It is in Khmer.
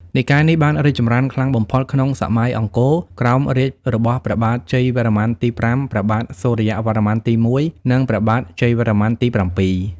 និកាយនេះបានរីកចម្រើនខ្លាំងបំផុតក្នុងសម័យអង្គរ ក្រោមរាជ្យរបស់ព្រះបាទ ជ័យវរ្ម័នទី ៥ ព្រះបាទ សូរ្យវរ្ម័នទី ១ និងព្រះបាទ ជ័យវរ្ម័នទី ៧។